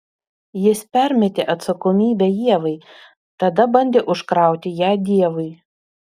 jis permetė atsakomybę ievai tada bandė užkrauti ją dievui